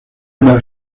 una